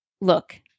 look